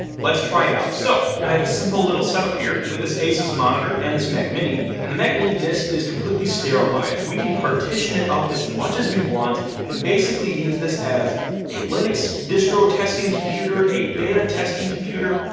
let's try it out. so i have a simple little set up here with this asus monitor and this mac mini. and the mac mini disk is completely sterilized. we can partition it up as much as we want and basically use this a linux distro testing computer, a beta testing computer,